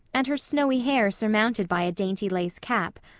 and her snowy hair surmounted by a dainty lace cap,